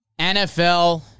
NFL